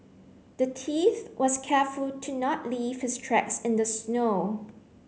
the thief was careful to not leave his tracks in the snow